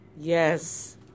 Yes